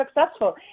successful